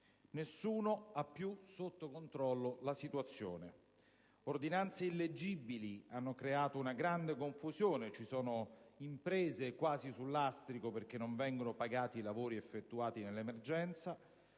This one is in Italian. nessuno ha più sotto controllo la situazione. Ordinanze illeggibili hanno creato una grande confusione; ci sono imprese quasi sul lastrico perché non vengono pagati i lavori effettuati nell'emergenza,